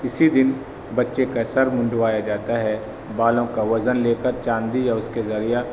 اسی دن بچے کا سر منڈوایا جاتا ہے بالوں کا وزن لے کر چاندی یا اس کے ذریعہ